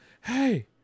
Hey